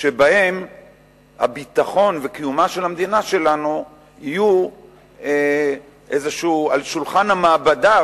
שבהם ביטחונה וקיומה של המדינה שלנו יהיו על שולחן המעבדה,